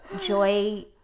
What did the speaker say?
Joy